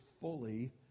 fully